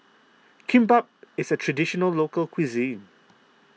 Kimbap is a Traditional Local Cuisine